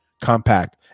compact